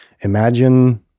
Imagine